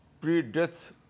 pre-death